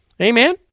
Amen